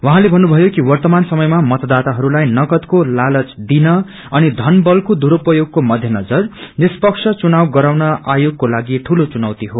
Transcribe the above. उहाँले भन्नुभयो कि वव्रामान समयामा मतदााताहरूलाई नकदको लालच दिन अनि धन बलको दुरूप्योगको मध्यनजर निष्पक्ष चुनाव गराउन आयोगको लागि ठूलो चुनैती हो